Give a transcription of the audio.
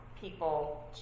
people